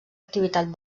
activitat